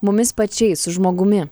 mumis pačiais su žmogumi